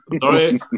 Sorry